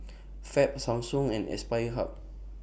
Fab Samsung and Aspire Hub